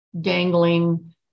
dangling